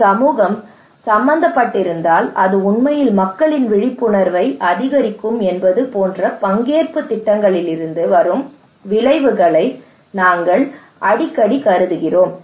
ஒரு சமூகம் சம்பந்தப்பட்டிருந்தால் அது உண்மையில் மக்களின் விழிப்புணர்வை அதிகரிக்கும் என்பது போன்ற பங்கேற்பு திட்டங்களிலிருந்து வரும் விளைவுகளை நாங்கள் அடிக்கடி கருதுகிறோம்